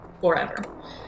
forever